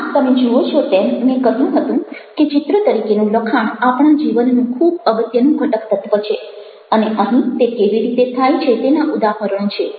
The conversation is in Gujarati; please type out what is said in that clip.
આમ તમે જુઓ છો તેમ મેં કહ્યું હતું કે ચિત્ર તરીકેનું લખાણ આપણા જીવનનું ખૂબ અગત્યનું ઘટકતત્વ છે અને અહીં તે કેવી રીતે થાય છે તેના ઉદાહરણો છે